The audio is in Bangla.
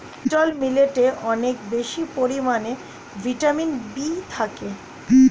লিট্ল মিলেটে অনেক বেশি পরিমাণে ভিটামিন বি থাকে